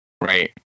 Right